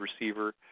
receiver